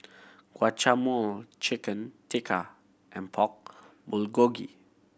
Guacamole Chicken Tikka and Pork Bulgogi